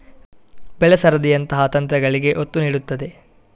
ಬೆಳೆ ಸರದಿಯಂತಹ ತಂತ್ರಗಳಿಗೆ ಒತ್ತು ನೀಡುತ್ತದೆ